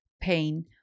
pain